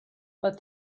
but